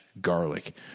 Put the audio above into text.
garlic